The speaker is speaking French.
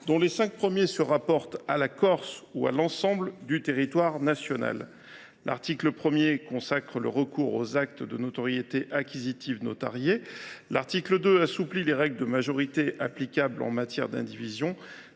dont les cinq premiers se rapportent à la Corse ou à l’ensemble du territoire national. L’article 1 consacre le recours aux actes de notoriété acquisitive notariée ; l’article 2 assouplit les règles de majorité applicables en matière d’indivision.